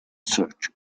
search